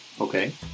Okay